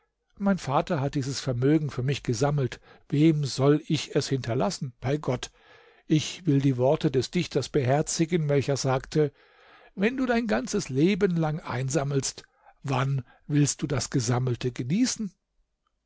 mein vater hat dieses vermögen für mich gesammelt wem soll ich es hinterlassen bei gott ich will die worte des dichters beherzigen welcher sagte wenn du dein ganzes leben lang einsammelst wann willst du das gesammelte genießen